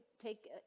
take